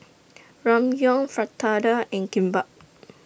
Ramyeon Fritada and Kimbap